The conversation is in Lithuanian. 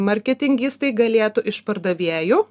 marketingistai galėtų iš pardavėjų